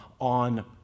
on